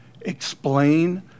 explain